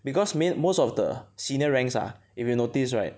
because main most of the senior ranks ah if you notice right